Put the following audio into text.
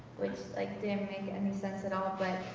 which like didn't make any sense at all, but